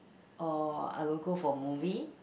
or I will go for movie